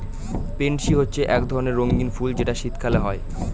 pansy হচ্ছে এক ধরণের রঙ্গীন ফুল যেটা শীতকালে হয়